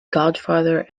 godfather